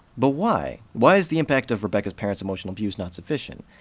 but why? why is the impact of rebecca's parents' emotional abuse not sufficient?